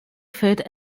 fehlt